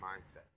mindset